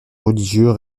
religieux